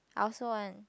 I also want